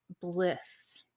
bliss